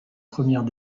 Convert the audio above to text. premières